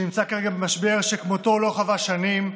שנמצא כרגע במשבר שכמותו לא חווה שנים,